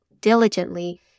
diligently